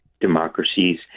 democracies